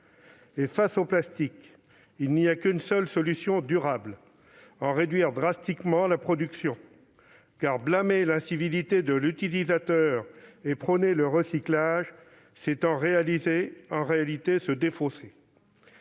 Face au plastique, il n'y a qu'une seule solution durable : réduire radicalement sa production ! Blâmer l'incivilité de l'utilisateur et prôner le recyclage revient en réalité à se défausser.